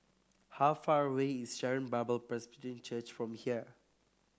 how far away is Sharon Bible Presbyterian Church from here